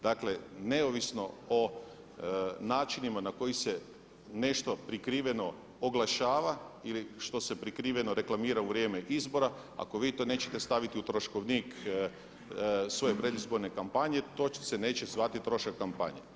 Dakle, neovisno o načinima na koji se nešto prikriveno oglašava ili što se prikriveno reklamira u vrijeme izbora ako vi to nećete staviti u troškovnik svoje predizborne kampanje to se neće zvati trošak kampanje.